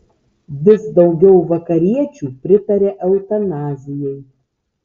vis daugiau vakariečių pritaria eutanazijai